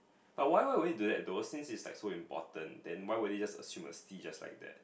but why why would you do that tho since it's like so important then why would we just assume a D just like that